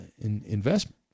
investment